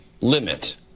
limit